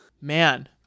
Man